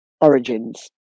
Origins